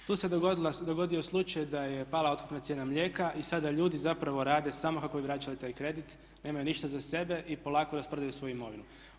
Tu se dogodio slučaj da je pala otkupna cijena mlijeka i sada ljudi zapravo rade samo kako bi vraćali taj kredit, nemaju ništa za sebe i polako rasprodaju svoju imovinu.